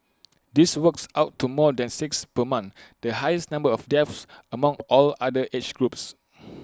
this works out to more than six per month the highest number of deaths among all other age groups